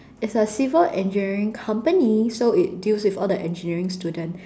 it's a civil engineering company so it deals with all the engineering students